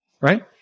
Right